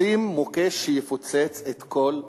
לשים מוקש שיפוצץ את כל המשא-ומתן.